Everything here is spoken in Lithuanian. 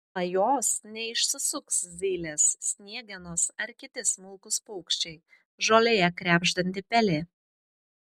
nuo jos neišsisuks zylės sniegenos ar kiti smulkūs paukščiai žolėje krebždanti pelė